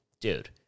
dude